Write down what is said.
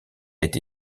été